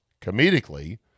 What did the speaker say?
comedically